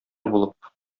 булып